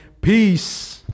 Peace